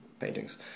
paintings